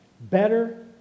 better